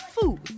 Food